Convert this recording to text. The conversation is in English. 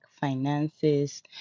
finances